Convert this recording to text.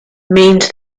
means